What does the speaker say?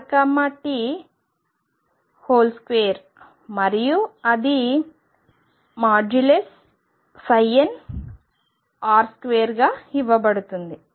కాబట్టి సంభావ్యత సాంద్రత nrt2 మరియు అది nr2 గా ఇవ్వబడుతుంది